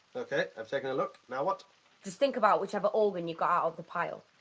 ok, i've taken a look. now what? just think about whichever organ you got out of the pile.